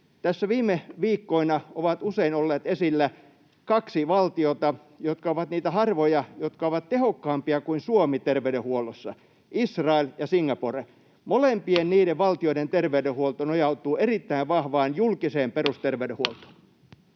Tässä viime viikkoina ovat usein olleet esillä kaksi valtiota, jotka ovat niitä harvoja, jotka ovat tehokkaampia kuin Suomi terveydenhuollossa: Israel ja Singapore. Molempien valtioiden terveydenhuolto nojautuu erittäin vahvaan julkiseen